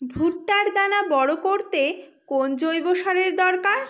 ভুট্টার দানা বড় করতে কোন জৈব সারের দরকার?